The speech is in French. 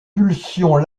pulsions